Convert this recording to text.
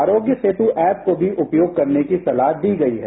आरोग्य सेतु ऐप को भी उपयोग करने की सलाह दी गई है